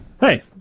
Hey